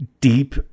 deep